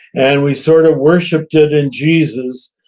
and we sort of worshiped it in jesus.